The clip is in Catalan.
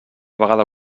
vegada